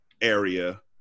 area